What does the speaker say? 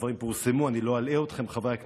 הדברים פורסמו, אני לא אלאה אתכם, חברי הכנסת,